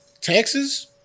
taxes